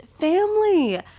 family